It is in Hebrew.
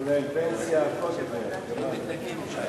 לפנסיה לעובד זר